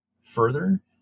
further